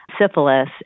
syphilis